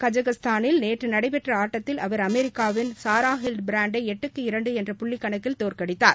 கஜகஸ்தானில் நேற்று நடைபெற்ற ஆட்டத்தில் அவர் அமெரிக்காவின் சாரா ஹில்டு பிராண்டை எட்டுக்கு இரண்டு என்ற புள்ளி கணக்கில் தோற்கடித்தார்